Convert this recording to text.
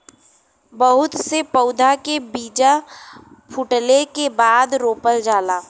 बहुत से पउधा के बीजा फूटले के बादे रोपल जाला